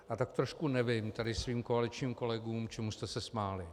A tak trochu nevím, tady svým koaličním kolegům, čemu jste se smáli.